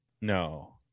No